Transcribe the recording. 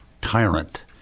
Tyrant